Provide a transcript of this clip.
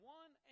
one